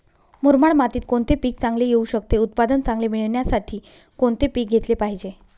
मुरमाड मातीत कोणते पीक चांगले येऊ शकते? उत्पादन चांगले मिळण्यासाठी कोणते पीक घेतले पाहिजे?